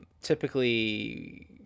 Typically